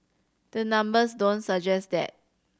the numbers don't suggest that